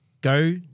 go